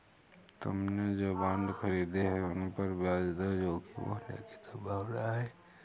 तुमने जो बॉन्ड खरीदे हैं, उन पर ब्याज दर जोखिम होने की संभावना है